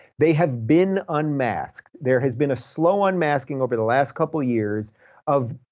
they have been unmasked. there has been a slow unmasking over the last couple of years of,